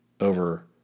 over